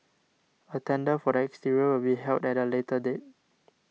a tender for the exterior will be held at a later date